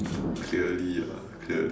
clearly ah clearly